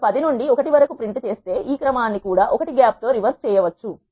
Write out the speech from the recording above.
నేను 10 నుండి 1 వరకు ప్రింట్ చేసే ఈ క్రమాన్ని కూడా 1 గ్యాప్ తో రివర్స్ చేయవచ్చు